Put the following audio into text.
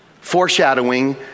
foreshadowing